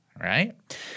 right